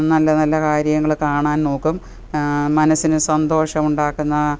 നല്ല നല്ല കാര്യങ്ങൾ കാണാൻ നോക്കും മനസ്സിന് സന്തോഷമുണ്ടാക്കുന്ന